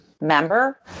member